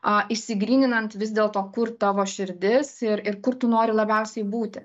išsigryninant vis dėl to kur tavo širdis irir kur tu nori labiausiai būti